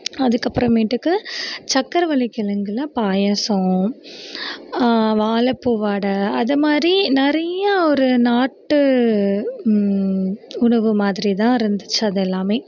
அதுக்கப்புறமேட்டுக்கு சர்க்கரவள்ளி கிழங்குல பாயாசம் வாழைப்பூ வடை அது மாதிரி நிறையா ஒரு நாட்டு உணவு மாதிரி தான் இருந்துச்சு அது எல்லாமே